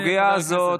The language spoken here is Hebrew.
הסוגיה הזאת,